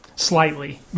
Slightly